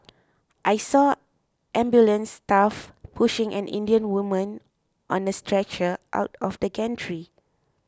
I saw ambulance staff pushing an Indian woman on a stretcher out of the gantry